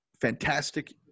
fantastic